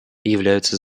являются